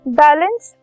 balance